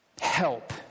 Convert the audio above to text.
help